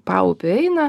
paupiu eina